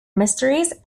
mysteries